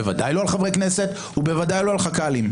בוודאי לא על חברי כנסת ובוודאי לא על חכ"לים.